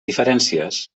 diferències